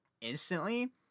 instantly